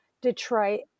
Detroit